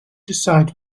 decide